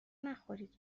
نخورید